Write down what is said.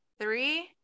three